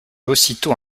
aussitôt